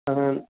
अहं